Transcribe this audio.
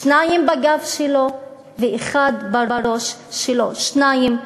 שניים בגב שלו ואחד בראש שלו, שניים בגב.